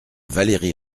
valérie